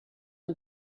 and